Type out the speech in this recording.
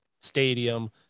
stadium